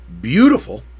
Beautiful